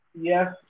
yes